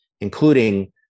including